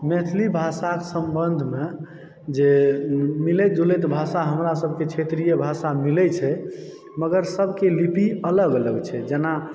मैथिली भाषक सम्बन्धमे जे मिलैत जुलैत भाषा हमरा सब के क्षेत्रीय भाषा मिलै छै मगर सबके लिपि अलग अलग छै जेना